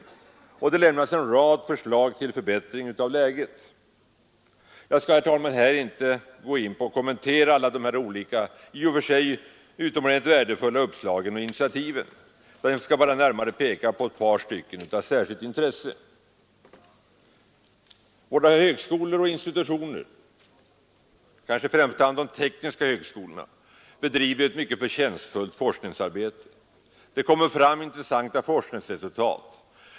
En rad förslag till förbättringar av läget lämnas. Jag skall, herr talman, här inte kommentera alla i och för sig utomordentligt värdefulla uppslag och initiativ. Jag skall bara peka på ett par stycken av särskilt intresse. Våra högskolor och institutioner — kanske i främsta hand de tekniska högskolorna — bedriver ett mycket förtjänstfullt forskningsarbete. Intressantaa forskningsresultat nås.